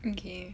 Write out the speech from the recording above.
okay